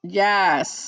yes